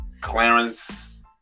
clarence